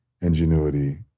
ingenuity